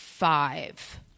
five